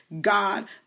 God